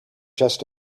just